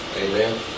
Amen